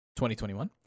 2021